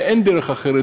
ואין דרך אחרת,